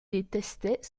détestait